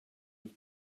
with